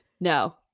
No